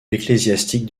ecclésiastique